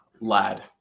lad